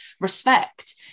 respect